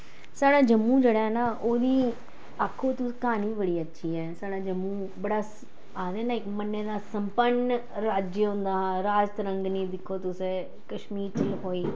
साढ़ा जम्मू जेह्ड़ा ऐ ना ओह्दी आक्को तुस कहानी बड़ी अच्छी ऐ साढ़ा जम्मू बड़ा आखदे ना इक मन्ने दा संपन्न राज्य होंदा हा राजतरंगनी दिक्खो तुस कश्मीर च लखोई